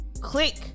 click